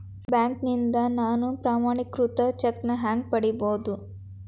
ಬ್ಯಾಂಕ್ನಿಂದ ನಾನು ಪ್ರಮಾಣೇಕೃತ ಚೆಕ್ ಹ್ಯಾಂಗ್ ಪಡಿಬಹುದು?